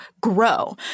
grow